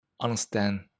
understand